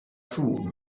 true